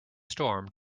storm